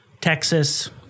Texas